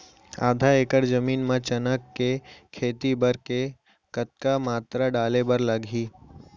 आधा एकड़ जमीन मा चना के खेती बर के कतका मात्रा डाले बर लागही?